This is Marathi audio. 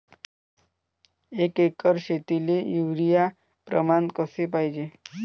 एक एकर शेतीले युरिया प्रमान कसे पाहिजे?